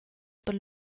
per